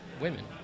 women